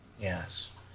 Yes